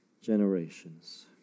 generations